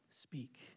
speak